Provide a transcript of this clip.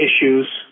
issues